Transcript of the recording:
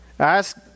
Ask